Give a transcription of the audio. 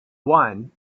one